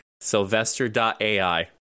sylvester.ai